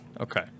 Okay